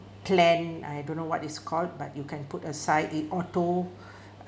plan I don't know what it's called but you can put aside it auto